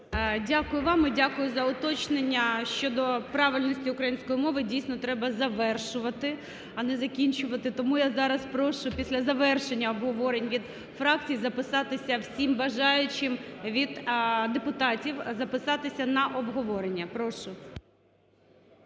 Дякую вам. І дякую за уточнення щодо правильності української мови. Дійсно, треба завершувати, а не закінчувати. Тому я зараз прошу після завершення обговорень від фракцій записатися всім бажаючим від депутатів, записатися на обговорення. Прошу.